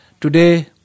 today